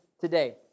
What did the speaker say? today